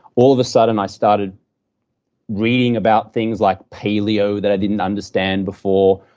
all of a sudden i started reading about things like paleo, that i didn't understand before,